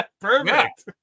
Perfect